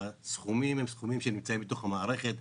הסכומים הם סכומים שנמצאים בתוך המערכת.